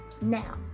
Now